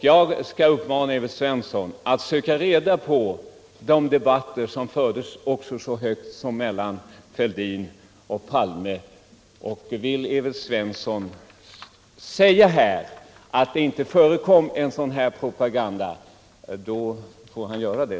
Jag vill uppmana Evert Svensson att söka reda på referat från de debatter som fördes även så högt upp som mellan Thorbjörn Fälldin och Olof Palme. Vill Evert Svensson sedan här påstå att det inte förekom en sådan propaganda, får han göra det.